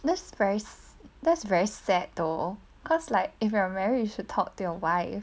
that's very that's very sad though cause like if you are married you should talk to your wife